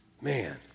Man